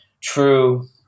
true